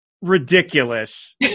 ridiculous